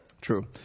true